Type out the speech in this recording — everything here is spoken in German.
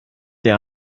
der